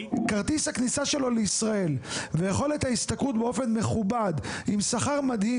כרטיס הכניסה שלו לישראל ויכולת השתכרות באופן מכובד עם שכר מדהים